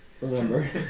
Remember